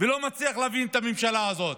ולא מצליח להבין את הממשלה הזאת.